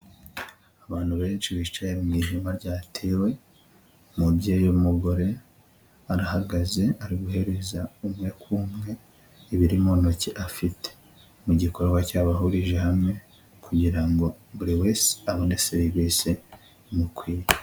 Abantu benshi bicaye mu ihema ryatewe, umubyeyi w'umugore, arahagaze ari guhereza umwe kuri umwe ibiri mu ntoki afite, mu gikorwa cyabahurije hamwe, kugira ngo buri wese abone serivisi imukwiye.